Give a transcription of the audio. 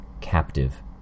captive